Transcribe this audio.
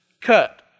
cut